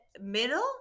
middle